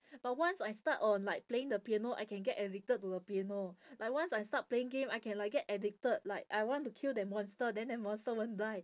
but once I start on like playing the piano I can get addicted to the piano like once I start playing game I can like get addicted like I want to kill that monster then that monster won't die